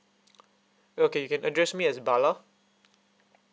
okay you can address me as bala